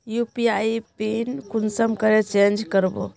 UPI pin कुंसम करे change करबो?